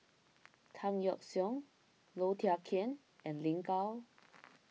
Tan Yeok Seong Low Thia Khiang and Lin Gao